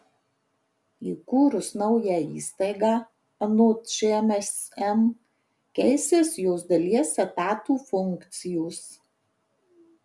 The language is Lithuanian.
įkūrus naują įstaigą anot šmsm keisis jos dalies etatų funkcijos